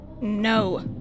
No